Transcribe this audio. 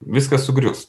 viskas sugrius